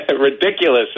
ridiculous